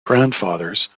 grandfathers